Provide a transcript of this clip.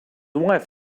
wife